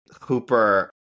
Hooper